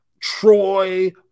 Troy